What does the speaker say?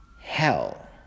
hell